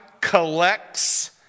collects